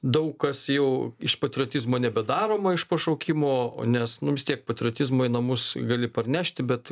daug kas jau iš patriotizmo nebedaroma iš pašaukimo o nes nu vis tiek patriotizmą į namus gali parnešti bet